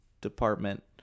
department